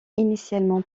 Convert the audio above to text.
initialement